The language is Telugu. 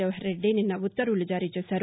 జవహర్ రెడ్డి నిన్న ఉత్తర్వులు జారీ చేశారు